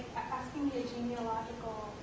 asking me a genealogical